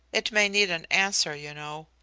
it may need an answer, you know.